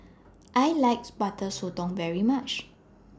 I likes Butter Sotong very much